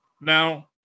Now